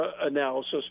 analysis